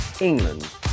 England